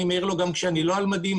אני מעיר לו גם כשאני לא על מדים.